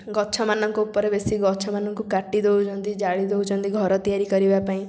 ଗଛମାନଙ୍କ ଉପରେ ବେଶୀ ଗଛମାନଙ୍କୁ କାଟି ଦେଉଛନ୍ତି ଜାଳି ଦେଉଛନ୍ତି ଘର ତିଆରି କରିବା ପାଇଁ